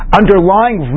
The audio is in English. underlying